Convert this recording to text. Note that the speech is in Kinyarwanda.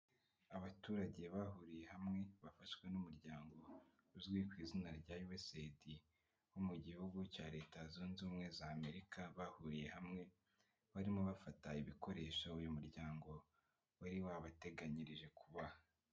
Abaturage bahuriye hamwe bafashwa n'umuryango uzwi ku izina rya USAID wo mu gihugu cya Leta Zunze Ubumwe z'Amerika, bahuriye hamwe barimo bafata ibikoresho uyu muryango wari wabateganyirije kubaha.